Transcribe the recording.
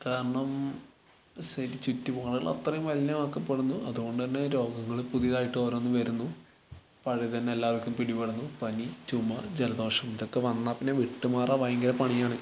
കാരണം സൈഡ് ചുറ്റുപാടുകൾ അത്രയും മലിനമാക്കപ്പെടുന്നു അതുകൊണ്ടുതന്നെ രോഗങ്ങള് പുതിയതായിട്ട് ഓരോന്ന് വരുന്നു പഴയത് തന്നെ എല്ലാവര്ക്കും പിടിപെടുന്നു പനി ചുമ ജലദോഷം ഇതൊക്കെ വന്നാൽ പിന്നെ വിട്ടുമാറാന് ഭയങ്കര പണിയാണ്